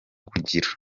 kugira